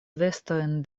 vestojn